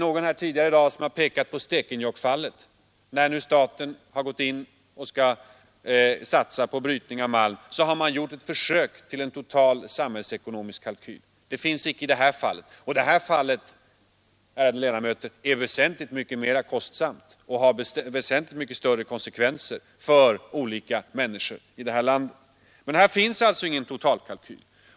Någon har tidigare i dag pekat på Stekenjokkfallet. När staten där gick in för att satsa på brytning av malm gjorde man ett försök till en total samhällsekonomisk kalkyl. Någon sådan finns inte i det här fallet, som är väsentligt mer kostsamt och har mycket större konsekvenser för otaliga människor. Här finns ingen totalkalkyl.